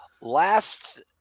Last